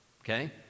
okay